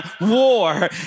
war